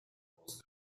aus